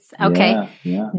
okay